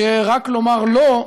שרק לומר לא,